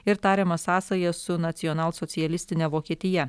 ir tariamą sąsają su nacionalsocialistine vokietija